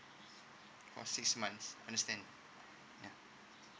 oh six months understand ya